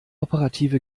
operative